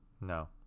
no